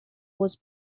was